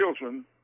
children